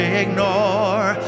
ignore